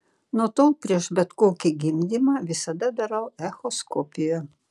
nuo tol prieš bet kokį gimdymą visada darau echoskopiją